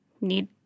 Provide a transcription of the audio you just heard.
need